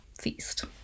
feast